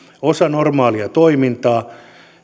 osa normaalia toimintaa